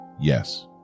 yes